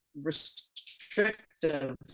restrictive